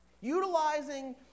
Utilizing